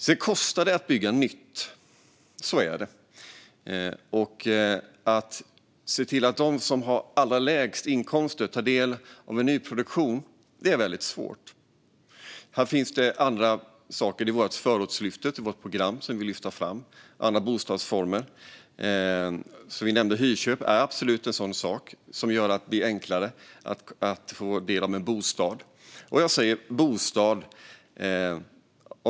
Sedan kostar det att bygga nytt - så är det. Det är väldigt svårt att se till att de som har allra lägst inkomster får del av nyproduktionen. Här finns det andra saker. Det är förortslyftet i vårt program, som vi vill lyfta fram. Det är andra bostadsformer. Som vi nämnde är hyrköp absolut en sådan sak som gör att det är enklare att få en bostad. Jag säger bostad.